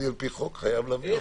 אני על פי חוק חייב להביא אותו.